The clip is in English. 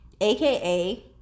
aka